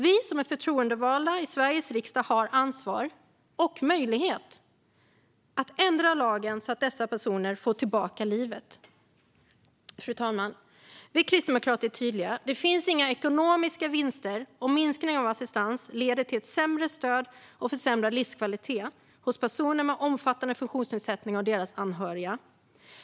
Vi som är förtroendevalda i Sveriges riksdag har ansvar för - och möjlighet - att ändra lagen så att dessa personer får livet tillbaka. Fru talman! Vi kristdemokrater är tydliga: Det finns inga ekonomiska vinster om en minskning av assistansen leder till ett sämre stöd till och försämrad livskvalitet hos personer med omfattande funktionsnedsättning och deras anhöriga.